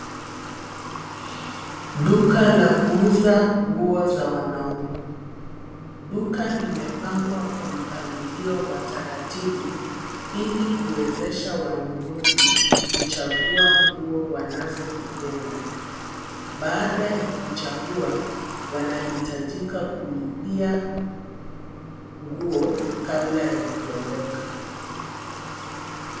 Duka la kuuza nguo za wanaume. Duka limepangwa kwa mpangilio wa taratibu ili kuwezesha wanunuzi kuchagua nguo wanazozipenda. Baada ya kuchagua wanahitajika kulipia nguo kabla ya kuondoka.